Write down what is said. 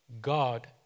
God